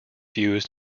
used